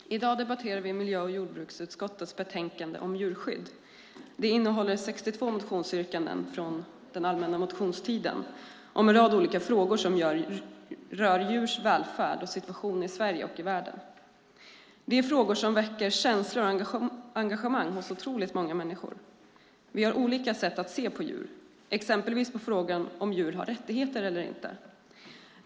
Herr talman! I dag debatterar vi miljö och jordbruksutskottets betänkande om djurskydd. Det innehåller 62 motionsyrkanden från den allmänna motionstiden i en rad olika frågor som rör djurs välfärd och situation i Sverige och i världen. Det är frågor som väcker känslor och engagemang hos många människor. Vi har olika sätt att se på djur. Det gäller exempelvis frågan om djur har rättigheter eller inte.